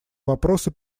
вопросы